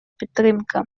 підтримка